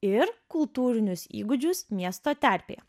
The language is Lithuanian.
ir kultūrinius įgūdžius miesto terpėje